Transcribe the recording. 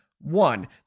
One